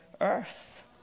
earth